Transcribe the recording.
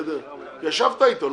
ישבת אתו,